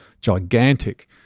gigantic